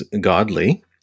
godly